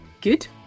Good